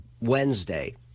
Wednesday